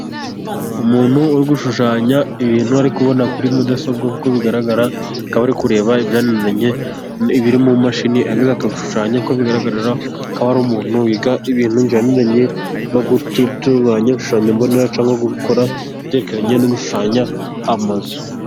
Umuntu uri gushushanya，ibintu ari kubona kuri mudasobwa，nk'uko bigaragara akaba ari kureba ibyananiranye, ibiri mu mashini，yarangiza akabishushanya. Nk'uko bigaragara akaba ari umuntu wiga ibintu bijyaniranye no gutunganya ibishushanyo mbonera，cyangwa gukora, ibyerekeranye no gushushanya amazu.